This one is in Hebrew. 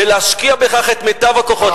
ותשקיע בכך את מיטב הכוחות.